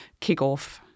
kickoff